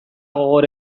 gogor